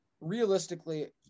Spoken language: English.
realistically